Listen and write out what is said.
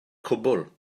cwbl